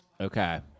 Okay